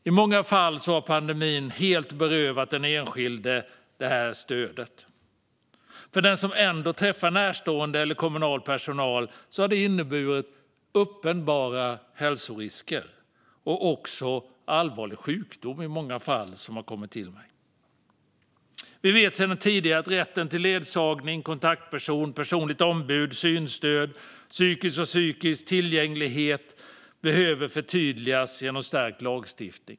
I många fall har pandemin helt berövat den enskilde det stödet. För den som ändå träffar närstående eller kommunal personal har det inneburit uppenbara hälsorisker och i många fall allvarlig sjukdom. Vi vet sedan tidigare att rätten till ledsagning, kontaktperson, personligt ombud, synstöd och psykisk och fysisk tillgänglighet behöver förtydligas genom stärkt lagstiftning.